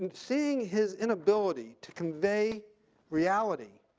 seeing his inability to convey reality